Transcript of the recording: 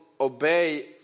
obey